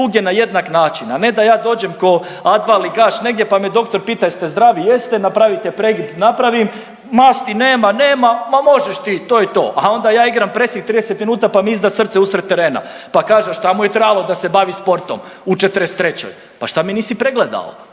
a ne da ja dođem ko A2 ligaš pa me doktor pita jeste zdravi, jeste, napravite pregib, napravim, masti nema, nema, ma možeš ti, to je to, a onda ja igram presing 30 minuta pa me ida srce usred terena, pa kaže šta mu je trebalo da se bavi sportom u 43-ećoj, pa šta me nisi pregledao.